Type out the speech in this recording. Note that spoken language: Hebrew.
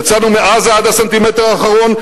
יצאנו מעזה עד הסנטימטר האחרון,